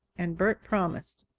and bert promised.